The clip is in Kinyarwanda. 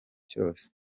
cyose